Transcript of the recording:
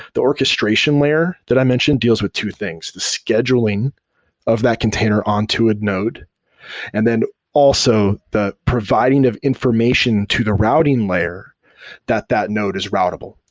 the orchestration layer that i mentioned deals with two things the scheduling of that container onto a node and then also the providing of information to the routing layer that that node is routable.